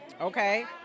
okay